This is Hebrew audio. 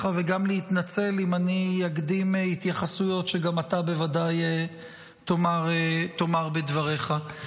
וגם להתנצל אם אני אקדים התייחסויות לדברים שגם אתה בוודאי תאמר בדבריך.